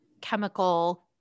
chemical